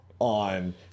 on